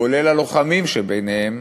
כולל הלוחמים שביניהם,